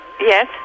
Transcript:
Yes